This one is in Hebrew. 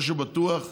מה שבטוח,